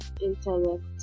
intellect